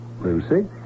Lucy